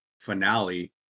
finale